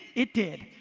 it did.